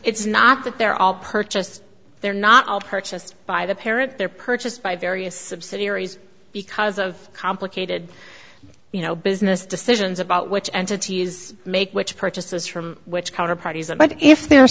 it's not that they're all purchased they're not all purchased by the parent they're purchased by various subsidiaries because of complicated you know business decisions about which entities make which purchases from which counter parties are but if they're